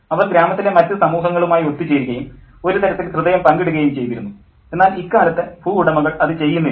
അവർ ഗ്രാമത്തിലെ മറ്റ് സമൂഹങ്ങളുമായി ഒത്തു ചേരുകയും ഒരു തരത്തിൽ ഹൃദയം പങ്കിടുകയും ചെയ്തിരുന്നു എന്നാൽ ഇക്കാലത്ത് ഭൂവുടമകൾ അത് ചെയ്യുന്നില്ല